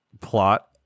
plot